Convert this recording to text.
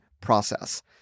process